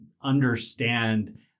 understand